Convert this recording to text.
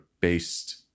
based